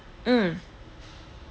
mm